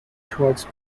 towards